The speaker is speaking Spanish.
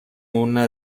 una